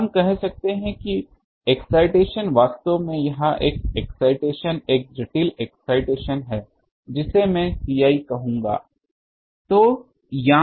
तो हम कहते हैं कि एक्साइटेशन वास्तव में यह एक्साइटेशन एक जटिल एक्साइटेशन है मैं जिसे Ci कहूंगा